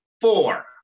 four